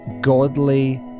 godly